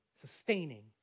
Sustaining